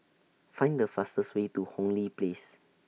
Find The fastest Way to Hong Lee Place